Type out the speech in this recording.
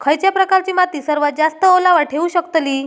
खयच्या प्रकारची माती सर्वात जास्त ओलावा ठेवू शकतली?